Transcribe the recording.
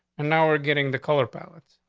and now we're getting the color palette.